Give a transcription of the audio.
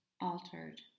altered